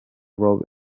rob